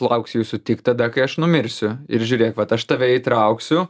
lauks jūsų tik tada kai aš numirsiu ir žiūrėk vat aš tave įtrauksiu